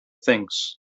things